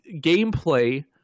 gameplay